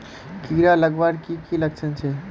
कीड़ा लगवार की की लक्षण छे?